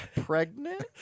pregnant